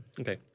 Okay